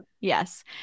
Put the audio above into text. yes